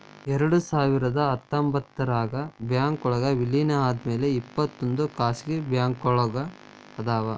ಎರಡ್ಸಾವಿರದ ಹತ್ತೊಂಬತ್ತರಾಗ ಬ್ಯಾಂಕ್ಗಳ್ ವಿಲೇನ ಆದ್ಮ್ಯಾಲೆ ಇಪ್ಪತ್ತೊಂದ್ ಖಾಸಗಿ ಬ್ಯಾಂಕ್ಗಳ್ ಅದಾವ